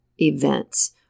events